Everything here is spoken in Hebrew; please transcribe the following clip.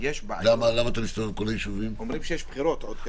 אנחנו מבינים את ההוראות המוצעות כעת,